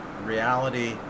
reality